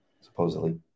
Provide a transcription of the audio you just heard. supposedly